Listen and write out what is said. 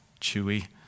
chewy